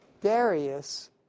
Darius